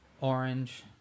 orange